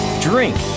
drink